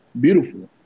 beautiful